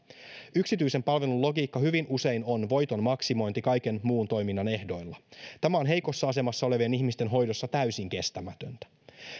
yksityisen palvelun logiikka hyvin usein on voiton maksimointi kaiken muun toiminnan ehdoilla tämä on heikossa asemassa olevien ihmisten hoidossa täysin kestämätöntä